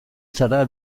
zara